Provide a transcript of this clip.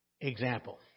example